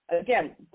Again